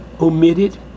omitted